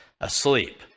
asleep